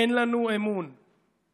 אין לנו אמון בה.